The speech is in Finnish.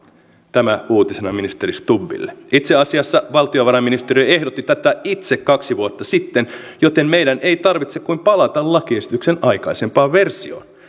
tämä uutisena ministeri stubbille itse asiassa valtiovarainministeriö ehdotti tätä itse kaksi vuotta sitten joten meidän ei tarvitse kuin palata lakiesityksen aikaisempaan versioon